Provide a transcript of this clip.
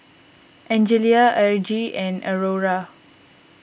Angelia Argie and Aurora